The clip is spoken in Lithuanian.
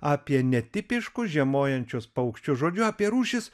apie netipiškus žiemojančius paukščius žodžiu apie rūšis